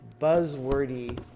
buzzwordy